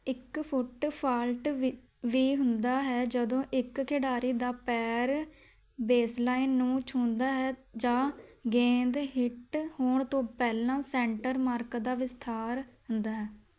ਇੱਕ foot fault ਵੀ ਵੀ ਹੁੰਦਾ ਹੈ ਜਦੋਂ ਇੱਕ ਖਿਡਾਰੀ ਦਾ ਪੈਰ ਬੇਸਲਾਈਨ ਨੂੰ ਛੂੰਹਦਾ ਹੈ ਜਾਂ ਗੇਂਦ ਹਿੱਟ ਹੋਣ ਤੋਂ ਪਹਿਲਾਂ ਸੈਂਟਰ ਮਾਰਕ ਦਾ ਵਿਸਥਾਰ ਹੁੰਦਾ ਹੈ